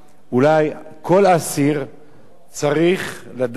אולי כל אסיר צריך לדעת